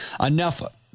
enough